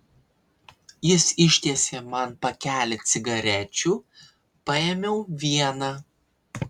jis ištiesė man pakelį cigarečių paėmiau vieną